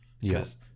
Yes